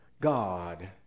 God